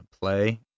play